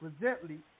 presently